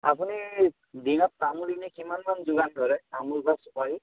আপুনি দিনত তামোল এনেই কিমানমান যোগান ধৰে তামোল বা চুফাৰি